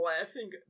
laughing